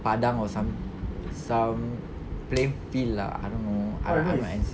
padang or some some plain field lah I don't know I not I not N_C_C